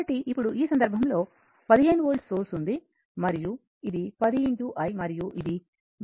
కాబట్టి ఇప్పుడు ఈ సందర్భంలో 15 వోల్ట్ సోర్స్ ఉంది మరియు ఇది 10 i మరియు ఇది v1 14 ఫారడ్